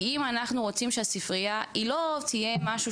כי אם אנחנו רוצים שהספרייה היא לא תהיה משהו